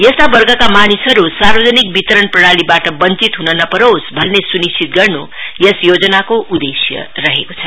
यस्ता वर्गका मानिसहरू सार्वजनिक वितरण प्रणालीबाट वञ्चित हन नपरोस् भन्ने सुनिश्चित गर्नु यस योजनाको उद्देश्य रहेको छ